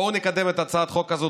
בואו נקדם את הצעת החוק הזאת,